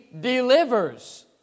delivers